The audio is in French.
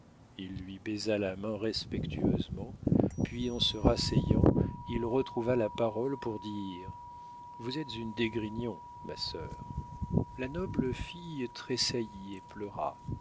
il lui baisa la main respectueusement puis en se rasseyant il retrouva la parole pour dire vous êtes une d'esgrignon ma sœur la noble fille tressaillit et pleura